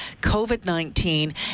COVID-19